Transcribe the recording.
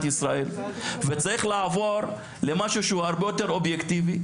ישראל וצריך לעבור למשהו שהוא הרבה יותר אובייקטיבי,